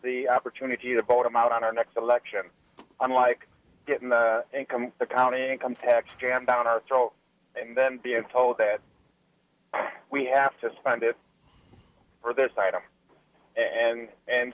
the opportunity to vote him out on our next election unlike getting the income of the county income tax jammed down our throat and then being told that we have to spend it for this item and and